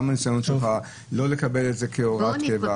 הניסיון שלך לא לקבל את זה כהוראת קבע,